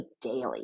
daily